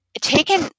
taken